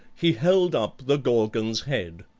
he held up the gorgon's head.